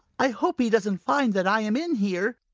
i hope he doesn't find that i am in here!